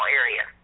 area